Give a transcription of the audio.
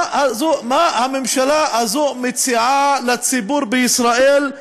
מה הממשלה הזו מציעה לציבור בישראל,